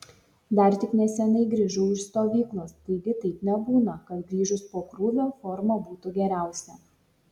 dar tik neseniai grįžau iš stovyklos taigi taip nebūna kad grįžus po krūvio forma būtų geriausia